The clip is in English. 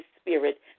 spirit